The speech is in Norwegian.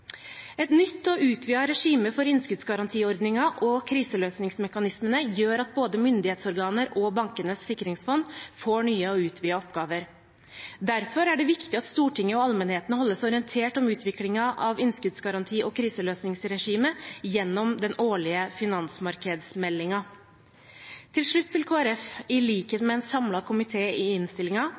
Et nytt og utvidet regime for innskuddsgarantiordningen og kriseløsningsmekanismene gjør at både myndighetsorganer og Bankenes sikringsfond får nye og utvidede oppgaver. Derfor er det viktig at Stortinget og allmennheten holdes orientert om utviklingen av innskuddsgaranti- og kriseløsningsregimet gjennom den årlige finansmarkedsmeldingen. Til slutt vil Kristelig Folkeparti, i likhet med en samlet komité i